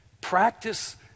Practice